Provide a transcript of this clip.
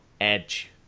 Edge